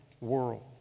world